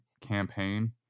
campaign